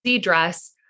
dress